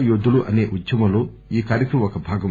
యోధులు అసే ఉద్యమంలో ఈ కార్యక్రమం ఒక భాగం